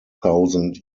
thousand